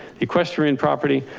equestrian property.